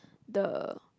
the